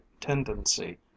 tendency